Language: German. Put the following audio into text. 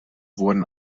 wurden